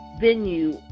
venue